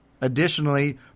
Additionally